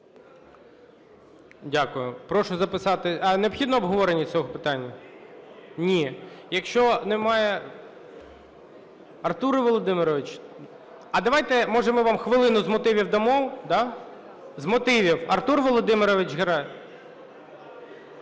Дякую. Прошу записати... А необхідне обговорення цього питання? Ні. Якщо немає... Артуре Володимировичу, а давайте, може, ми вам хвилину з мотивів дамо, да? З мотивів – Артур Володимирович...